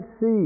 see